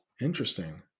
interesting